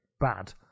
bad